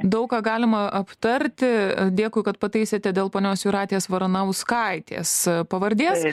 daug ką galima aptarti dėkui kad pataisėte dėl ponios jūratės varanauskaitės pavardės